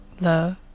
Love